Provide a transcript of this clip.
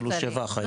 עלו שבע אחיות.